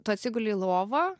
tu atsiguli į lovą